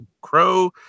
crow